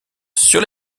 sur